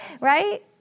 Right